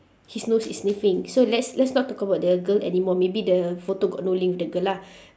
his nose is sniffing so let's let's not talk about the girl anymore maybe the photo got no link with the girl lah